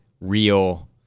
real